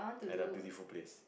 at a beautiful place